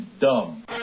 dumb